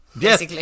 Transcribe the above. Yes